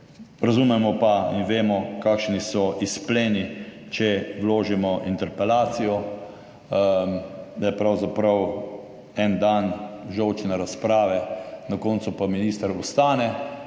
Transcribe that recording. Razumemo pa in vemo, kakšni so izpleni, če vložimo interpelacijo, da je pravzaprav en dan žolčne razprave, na koncu pa minister ostane